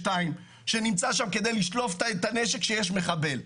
שנמצא שם כדי לשלוף את הנשק כשיש מחבל.